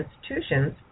institutions